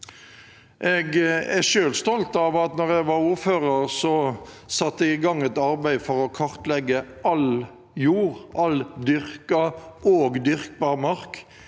Jeg er selv stolt av at da jeg var ordfører, satte jeg i gang et arbeid for å kartlegge all jord, all dyrket og dyrkbar mark